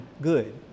good